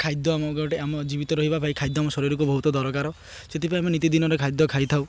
ଖାଦ୍ୟ ଆମ ଗୋଟେ ଆମ ଜୀବିତ ରହିବା ପାଇଁ ଖାଦ୍ୟ ଆମ ଶରୀରକୁ ବହୁତ ଦରକାର ସେଥିପାଇଁ ଆମେ ନୀତିଦିନରେ ଖାଦ୍ୟ ଖାଇଥାଉ